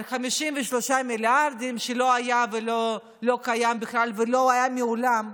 על 53 מיליארדים שלא היו ולא קיימים בכלל ולא היו מעולם.